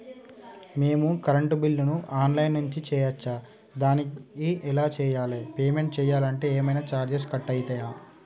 మేము కరెంటు బిల్లును online నుంచి చేయచ్చా? దానికి ఎలా చేయాలి? పేమెంట్ చేయాలంటే ఏమైనా చార్జెస్ కట్ అయితయా?